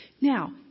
Now